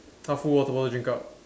half full water bottle drink up